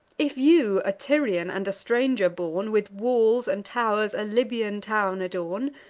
if you, a tyrian, and a stranger born, with walls and tow'rs a libyan town adorn,